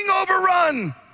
overrun